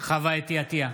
חוה אתי עטייה,